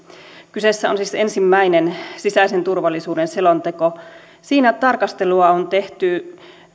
kyseessä on siis ensimmäinen sisäisen turvallisuuden selonteko siinä tarkastelua on tehty